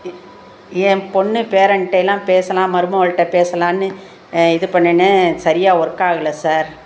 இ என் பெண்ணு பேரன்ட்டேலாம் பேசலாம் மருமகள்ட்ட பேசலாம்னு இது பண்ணினேன் சரியாக ஒர்க்காகலை சார்